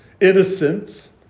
Innocence